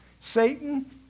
Satan